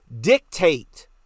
dictate